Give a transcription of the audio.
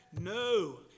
No